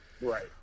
Right